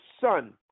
son